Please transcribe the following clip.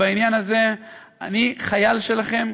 בעניין הזה אני חייל שלכם,